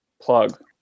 plug